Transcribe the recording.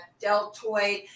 deltoid